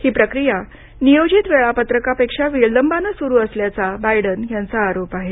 ही प्रक्रिया नियोजित वेळापत्रकापेक्षा विलंबानं सुरू असल्याचा बायडन यांचा आरोप आहे